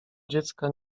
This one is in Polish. dziecka